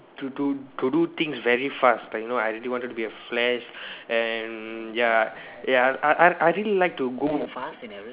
to do to do things very fast like you know I really wanted to be a flash and ya ya I I I really like to go